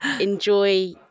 enjoy